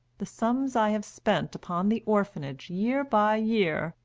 the sums i have spent upon the orphanage, year by year,